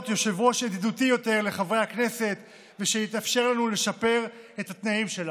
יושב-ראש ידידותי יותר לחברי הכנסת ושיתאפשר לנו לשפר את התנאים שלנו.